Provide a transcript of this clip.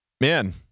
Man